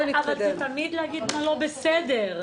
תמיד להגיד מה לא בסדר.